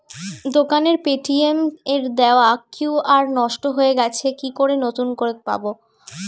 দোকানের পেটিএম এর দেওয়া কিউ.আর নষ্ট হয়ে গেছে কি করে নতুন করে পাবো?